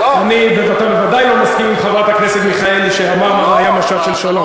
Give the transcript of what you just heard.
אתה בוודאי לא מסכים עם חברת הכנסת מיכאלי שה"מרמרה" היה משט של שלום.